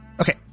Okay